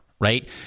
right